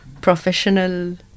professional